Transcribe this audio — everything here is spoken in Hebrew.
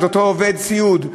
את אותו עובד סיעוד,